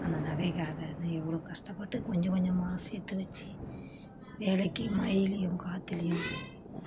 அந்த நகைக்காக நான் எவ்வளோ கஷ்டப்பட்டு கொஞ்ச கொஞ்சமாக சேர்த்து வச்சு வேலைக்கு மழையிலையும் காற்றுலையும்